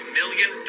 million